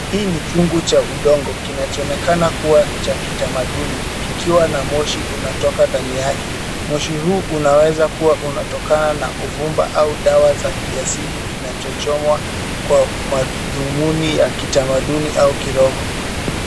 Hii ni chungu cha udongo kinachoonekana kuwa cha kitamaduni kikiwa na moshi unatoka ndani yake. Moshi huu unaweza kuwa unatokana na uvumba au dawa za kiasili kinachochomwa kwa madhumuni ya kitamaduni au kiroho.